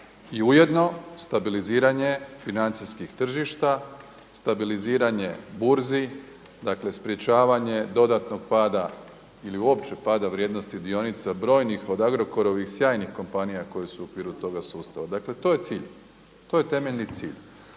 I ujedno stabiliziranje financijskih tržišta, stabiliziranje burzi, dakle sprečavanje dodatnog pada ili uopće pada vrijednosti dionica brojnih od Agrokorovih sjajnih kompanija koje su u okviru toga sustava, dakle to je cilj, to je temeljni cilj.